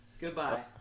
goodbye